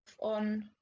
on